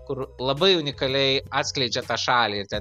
kur labai unikaliai atskleidžia tą šalį ir ten